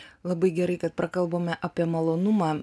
labai gerai kad prakalbome apie malonumą